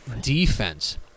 defense